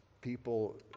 people